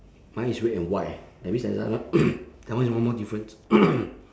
mine is red and white eh that means another that one is one more difference